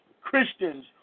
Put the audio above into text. Christians